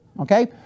okay